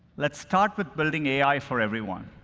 let's start with building ai for everyone.